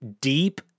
deep